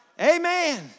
Amen